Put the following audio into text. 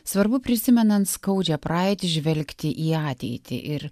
svarbu prisimenant skaudžią praeitį žvelgti į ateitį ir